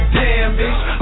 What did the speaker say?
damaged